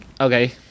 Okay